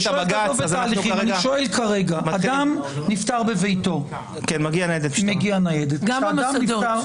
אדם נפטר בביתו, מגיעה ניידת משטרה.